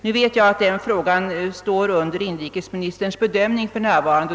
Jag vet att denna fråga för närvarande står under inrikesministerns bedömande.